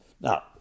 Now